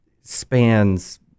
spans